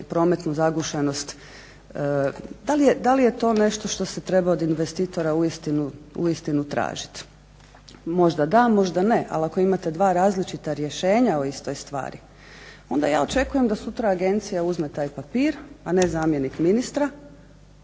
prometnu zagušenost. Da li je to nešto što se treba od investitora uistinu tražiti? Možda da, možda ne, ali ako imate dva različita rješenja o istoj stvari onda ja očekujem da agencija sutra uzme taj papir, a ne zamjenik ministra,